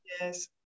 Yes